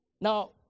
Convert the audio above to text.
Now